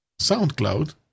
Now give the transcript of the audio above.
SoundCloud